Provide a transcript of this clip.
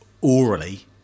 orally